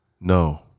No